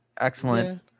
excellent